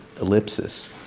ellipsis